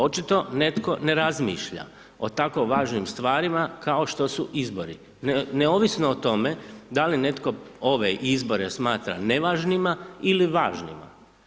Očito netko ne razmišlja o tako važnim stvarima kao što su izbori, neovisno o tome da li netko ove izbore smatra nevažnima ili važnima.